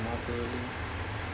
oh